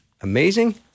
amazing